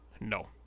no